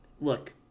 Look